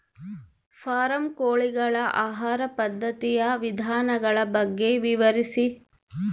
Form ಕೋಳಿಗಳ ಆಹಾರ ಪದ್ಧತಿಯ ವಿಧಾನಗಳ ಬಗ್ಗೆ ವಿವರಿಸಿ?